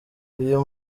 uyu